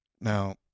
Now